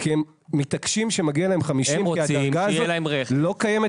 הם מתעקשים שמגיע להם 50% כי הדרגה הזאת לא קיימת